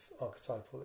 archetypal